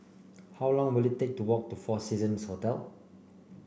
how long will it take to walk to Four Seasons Hotel